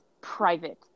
private